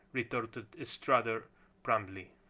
retorted strutter promptly.